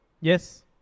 Yes